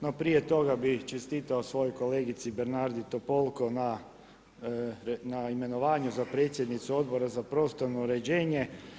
No prije toga bih čestitao svojoj kolegici Bernardi Topolko na imenovanju za predsjednicu Odbora za prostorno uređenje.